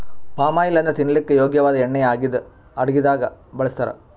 palm oil ಅಂದ್ರ ತಿನಲಕ್ಕ್ ಯೋಗ್ಯ ವಾದ್ ಎಣ್ಣಿ ಆಗಿದ್ದ್ ಅಡಗಿದಾಗ್ ಬಳಸ್ತಾರ್